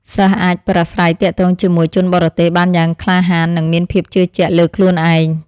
សិស្សអាចប្រាស្រ័យទាក់ទងជាមួយជនបរទេសបានយ៉ាងក្លាហាននិងមានភាពជឿជាក់លើខ្លួនឯង។